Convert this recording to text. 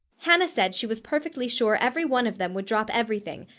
hannah said she was perfectly sure everyone of them would drop everything,